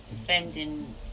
Defending